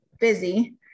busy